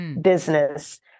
business